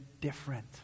different